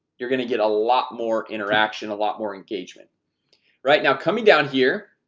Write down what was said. you're gonna get a lot more interaction a lot more engagement right now coming down here